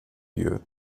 lieu